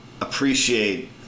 appreciate